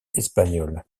espagnoles